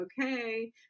okay